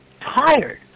tired